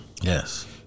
Yes